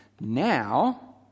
Now